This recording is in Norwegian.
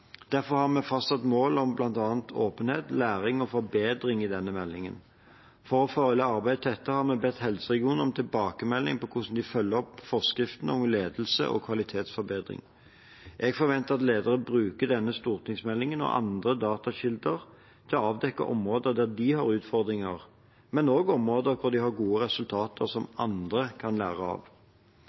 Derfor har vi fastsatt mål om bl.a. åpenhet, læring og forbedring i denne meldingen. For å følge arbeidet tettere har vi bedt helseregionene om tilbakemelding på hvordan de følger opp forskriften om ledelse og kvalitetsforbedring. Jeg forventer at ledere bruker denne stortingsmeldingen og andre datakilder til å avdekke områder der de har utfordringer, men også områder der de har gode resultater som andre kan lære av.